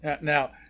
Now